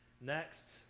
Next